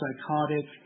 psychotic